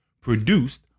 produced